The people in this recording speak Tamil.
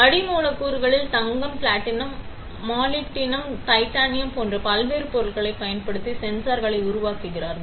அடி மூலக்கூறுகளில் தங்கம் பிளாட்டினம் மாலிப்டினம் டைட்டானியம் போன்ற பல்வேறு பொருட்களைப் பயன்படுத்தி சென்சார்களை உருவாக்குகிறீர்கள்